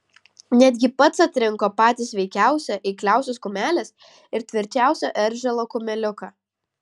netgi pats atrinko patį sveikiausią eikliausios kumelės ir tvirčiausio eržilo kumeliuką